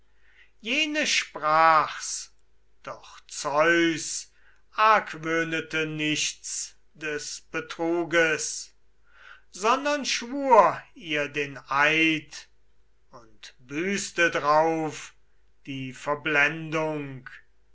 jene sprach's doch zeus argwöhnete nichts des betruges sondern schwur ihr den eid und büßte drauf die verblendung